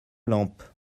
lampe